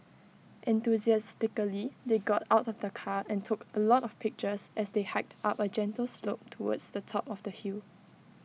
enthusiastically they got out of the car and took A lot of pictures as they hiked up A gentle slope towards the top of the hill